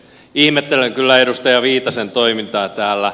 ihmettelen kyllä edustaja viitasen toimintaa täällä